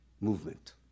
movement